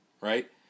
right